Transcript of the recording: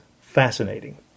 fascinating